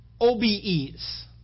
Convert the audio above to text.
OBE's